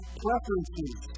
preferences